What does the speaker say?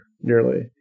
nearly